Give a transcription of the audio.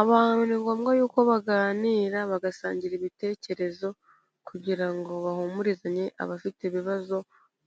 Abantu ni ngombwa yuko baganira bagasangira ibitekerezo kugira ngo bahumurizanye abafite ibibazo